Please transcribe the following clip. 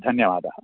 धन्यवादः